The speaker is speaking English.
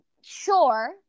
Sure